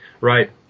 Right